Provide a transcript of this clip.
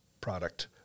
product